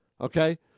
Okay